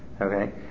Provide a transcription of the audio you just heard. Okay